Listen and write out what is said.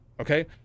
okay